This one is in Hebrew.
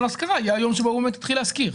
להשכרה יהיה היום שבו הוא התחיל להשכיר,